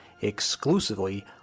exclusively